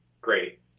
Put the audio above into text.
great